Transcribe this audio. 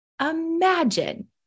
imagine